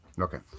Okay